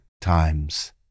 times